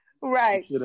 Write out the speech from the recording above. right